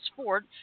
sport